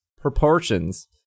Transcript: proportions